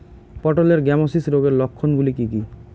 পটলের গ্যামোসিস রোগের লক্ষণগুলি কী কী?